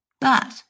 But-